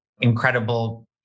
incredible